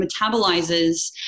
metabolizes